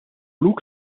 look